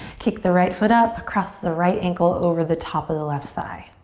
kick the right foot up, cross the right ankle over the top of the left thigh.